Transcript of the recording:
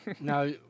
Now